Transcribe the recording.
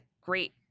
great